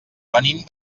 venim